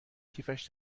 کیفش